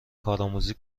کارآموزی